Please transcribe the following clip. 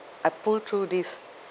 I pull through this